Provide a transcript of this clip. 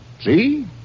See